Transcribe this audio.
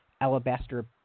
Alabaster